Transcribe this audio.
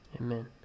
Amen